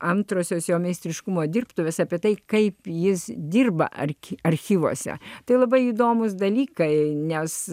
antrosios jo meistriškumo dirbtuves apie tai kaip jis dirba ark archyvuose tai labai įdomūs dalykai nes